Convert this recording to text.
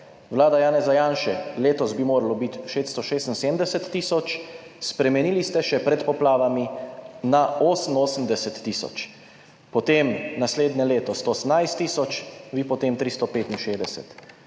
vlada Janeza Janše, letos bi moralo biti 676 tisoč, spremenili ste še pred poplavami na 88 tisoč. Potem, naslednje leto 118 tisoč, vi potem 365.